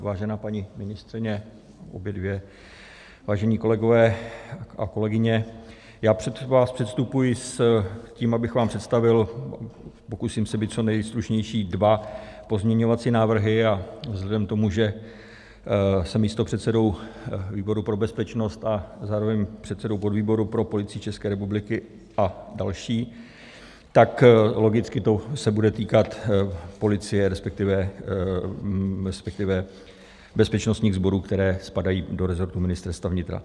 Vážená paní ministryně, obě dvě, vážení kolegové a kolegyně, já před vás předstupuji s tím, abych vám představil, pokusím se být co nejstručnější, dva pozměňovací návrhy, a vzhledem k tomu, že jsem místopředsedou výboru pro bezpečnost a zároveň předsedou podvýboru pro Policii České republiky a dalších, tak se to logicky bude týkat policie, respektive bezpečnostních sborů, které spadají do rezortu Ministerstva vnitra.